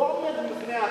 הוא לא עומד בפני עצמו.